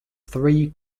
three